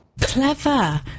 Clever